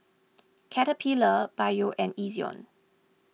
Caterpillar Biore and Ezion